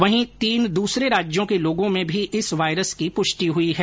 वहीं तीन दूसरे राज्यों के लोगों में भी इस वायरस की पुष्टि हुई है